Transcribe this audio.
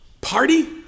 party